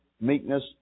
meekness